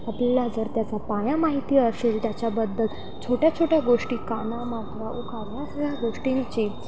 आपल्याला जर त्याचा पाया माहिती असेल त्याच्याबद्दल छोट्या छोट्या गोष्टी कानमात्रा उकार ह्या सगळ्या गोष्टींची